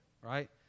right